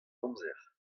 amzer